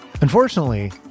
Unfortunately